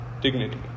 dignity